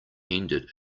ended